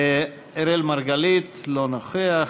אראל מרגלית, לא נוכח,